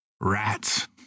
rats